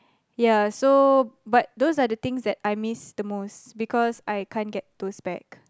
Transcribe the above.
ya so but those are the things that I miss the most because I can't get those back